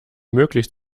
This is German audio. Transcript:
möglich